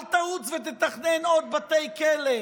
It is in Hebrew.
אל תרוץ ותתכנן עוד בתי כלא,